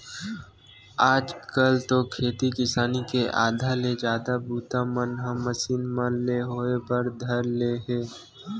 आज कल तो खेती किसानी के आधा ले जादा बूता मन ह मसीन मन ले होय बर धर ले हे